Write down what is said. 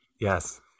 Yes